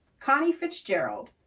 connie fitzgerald,